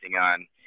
on